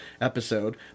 episode